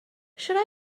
shall